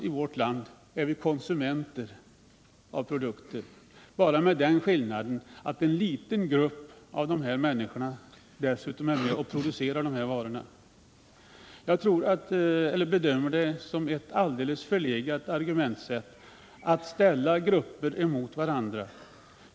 I vårt land är vi alla konsumenter av produkter, bara med den skillnaden att en liten grupp av dessa människor dessutom är med och producerar varorna. Att ställa grupper mot varandra bedömer jag som ett alldeles förlegat sätt att argumentera.